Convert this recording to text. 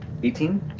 eighteen.